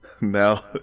now